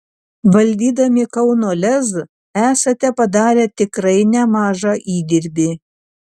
valdydami kauno lez esate padarę tikrai nemažą įdirbį